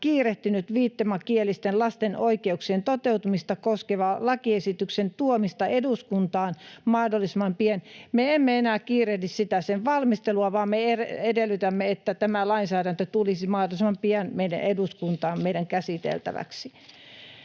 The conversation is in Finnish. kiirehtinyt viittomakielisten lasten oikeuksien toteutumista koskevan lakiesityksen tuomista eduskuntaan mahdollisimman pian. Me emme enää kiirehdi sen valmistelua, vaan me edellytämme, että tämä lainsäädäntö tulisi mahdollisimman pian eduskuntaan meidän käsiteltäväksemme.